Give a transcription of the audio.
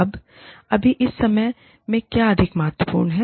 अब अभी इस समय में क्या अधिक महत्वपूर्ण है